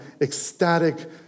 ecstatic